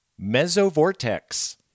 mesovortex